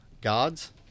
gods